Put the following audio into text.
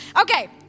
Okay